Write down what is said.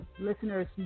listeners